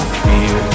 fear